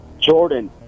Jordan